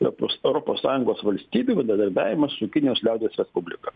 epos europos sąjungos valstybių bendradarbiavimas su kinijos liaudies respublika